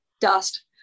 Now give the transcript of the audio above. dust